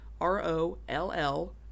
R-O-L-L